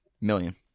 Million